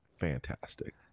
fantastic